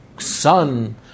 sun